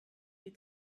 les